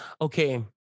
okay